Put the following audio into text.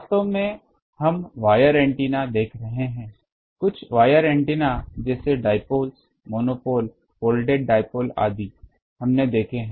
वास्तव में हम वायर एंटीना देख रहे थे कुछ वायर एंटीना जैसे डिपोल्स मोनोपोल फोल्डेड डिपोल आदि हमने देखे हैं